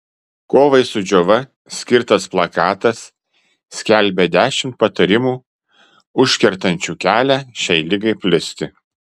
kovai su džiova skirtas plakatas skelbia dešimt patarimų užkertančių kelią šiai ligai plisti